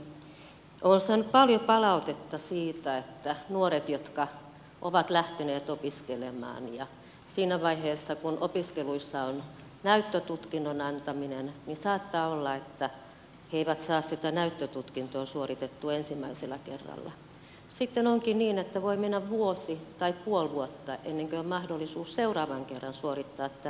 olen saanut paljon palautetta siitä että nuorilla jotka ovat lähteneet opiskelemaan siinä vaiheessa kun opiskeluissa on näyttötutkinnon antaminen saattaa olla niin että he eivät saa sitä näyttötutkintoa suoritettua ensimmäisellä kerralla ja sitten onkin niin että voi mennä vuosi tai puoli vuotta ennen kuin on mahdollisuus seuraavan kerran suorittaa tämä näyttötutkinto